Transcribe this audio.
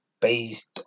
based